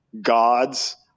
gods